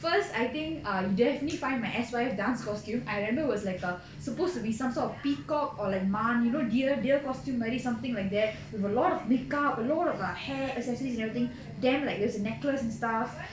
first I think err you definitely find my S_Y_F dance costume I remember was like a supposed to be some sort of peacock or like மான்:maan you know deer deer costume wearing something like that with a lot of make up a lot of err hair accessories and everything then like there's a necklace and stuff